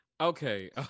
Okay